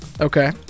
Okay